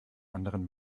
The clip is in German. anderen